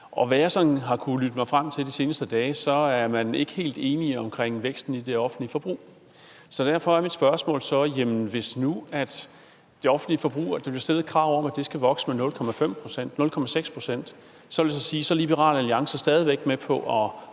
hvad jeg sådan har kunnet lytte mig frem til de seneste dage, er man ikke helt enige om væksten i det offentlige forbrug, så derfor er mit spørgsmål: Hvis nu der bliver stillet et krav om, at det offentlige forbrug skal vokse med 0,5-0,6 pct., vil det så sige, at Liberal Alliance stadig væk er med på at